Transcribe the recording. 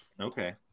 okay